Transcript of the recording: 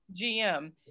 GM